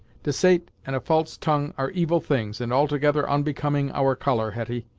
desait and a false tongue are evil things, and altogether onbecoming our colour, hetty,